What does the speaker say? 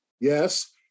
yes